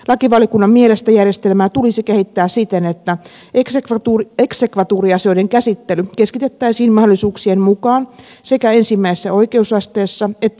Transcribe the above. lakivaliokunnan mielestä järjestelmää tulisi kehittää siten että eksekvatuuriasioiden käsittely keskitettäisiin mahdollisuuksien mukaan sekä ensimmäisessä oikeusasteessa että muutoksenhakuvaiheessa